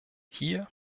hier